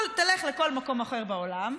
תלך לכל מקום אחר בעולם,